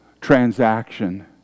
transaction